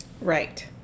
Right